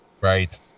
Right